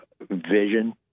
vision